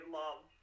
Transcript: love